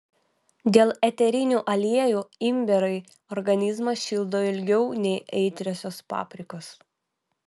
dėl eterinių aliejų imbierai organizmą šildo ilgiau nei aitriosios paprikos